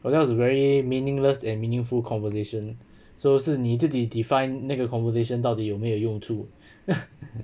well that was very meaningless and meaningful conversation so 是你自己 define 那个 conversation 到底有没有用处